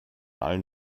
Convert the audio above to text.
allen